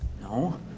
no